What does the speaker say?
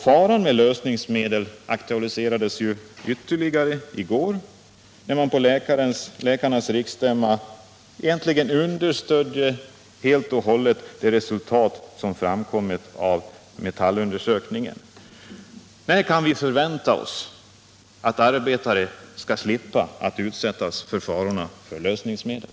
Faran med lösningsmedel aktualiserades ytterligare i går när man på läkarnas riksstämma egentligen helt och hållet styrkte riktigheten av de resultat som framkommit i Metallundersökningen. När kan vi förvänta oss att arbetare skall slippa utsättas för farorna från lösningsmedel?